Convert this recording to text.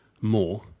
more